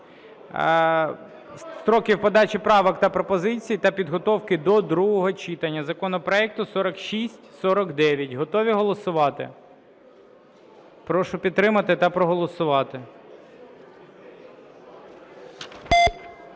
Строків подачі правок та пропозицій та підготовки другого читання законопроекту 4649. Готові голосувати? Прошу підтримати та проголосувати